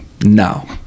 No